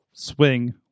swing